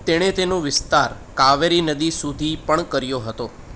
તેણે તેનો વિસ્તાર કાવેરી નદી સુધી પણ કર્યો હતો